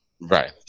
Right